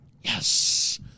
Yes